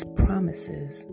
promises